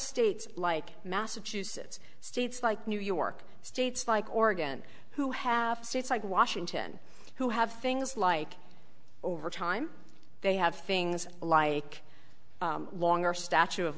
states like massachusetts states like new york states like oregon who have states like washington who have things like over time they have things like longer statue of